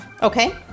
okay